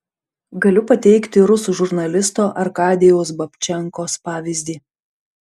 galiu pateikti rusų žurnalisto arkadijaus babčenkos pavyzdį